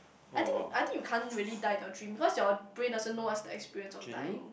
I think I think you can't really die in your dream because your brain also knows what's the experience of dying